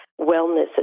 wellness